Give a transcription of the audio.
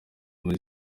muri